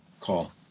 call